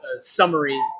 summary